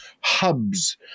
hubs